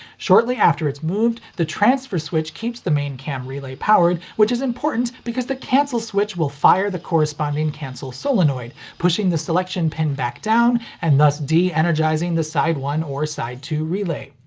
shortly after it's moved, the transfer switch keeps the main cam relay powered, which is important because the cancel switch will fire the corresponding cancel solenoid, pushing the selection pin back down, and thus de-energizing the side one or side two relay.